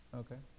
okay